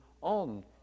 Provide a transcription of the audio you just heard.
on